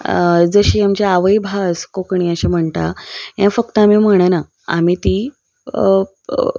जशी आमची आवय भास कोंकणी अशें म्हणटा हें फक्त आमी म्हणना आमी ती